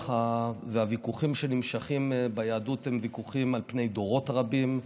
הוויכוחים שנמשכים ביהדות הם ויכוחים על פני דורות רבים.